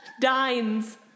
Dines